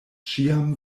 ĉiam